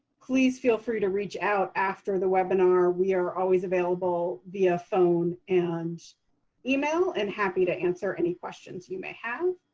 please feel free to reach out after the webinar. we are always available via phone and email, and happy to answer any questions you may have.